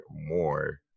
more